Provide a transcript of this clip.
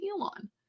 Elon